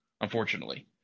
unfortunately